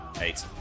eight